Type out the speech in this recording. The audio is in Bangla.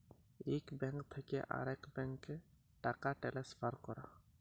ইক ব্যাংক থ্যাকে আরেক ব্যাংকে টাকা টেলেসফার ক্যরা